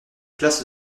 place